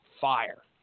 fire